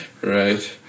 right